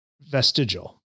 vestigial